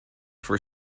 for